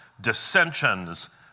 dissensions